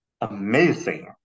amazing